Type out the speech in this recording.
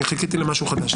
חיכיתי למשהו חדש.